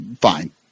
fine